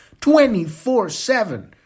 24-7